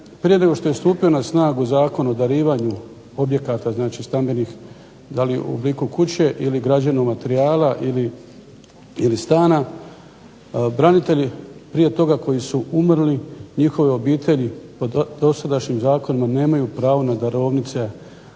prije nego što je stupio na snagu Zakon o darivanju objekata, znači stambenih da li u obliku kuće ili građevnog materijala ili stana branitelji prije toga koji su umrli, njihove obitelji po dosadašnjim zakonima nemaju pravo na darovnice.